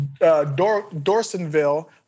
dorsonville